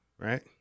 right